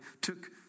took